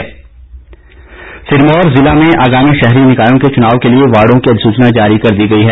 अधिसूचना सिरमौर ज़िले में आगामी शहरी निकायों के चुनाव के लिए वार्डों की अधिसूचना जारी कर दी गई है